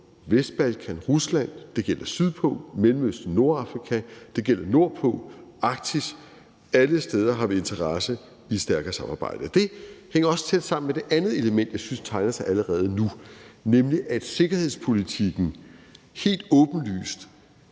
Vestbalkan og Rusland, det gælder sydpå, i Mellemøsten og Nordafrika, og det gælder nordpå, i Arktis. Alle de steder har vi en interesse i et stærkt samarbejde. Det hænger også tæt sammen med det andet element, jeg synes tegner sig allerede nu, nemlig at sikkerhedspolitikken helt åbenlyst